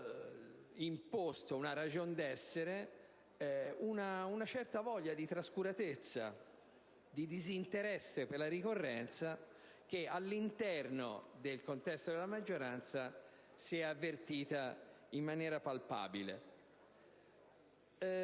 imposto una ragion d'essere una certa voglia di trascuratezza, di disinteresse per la ricorrenza, che all'interno del contesto della maggioranza si è avvertita in maniera palpabile.